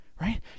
right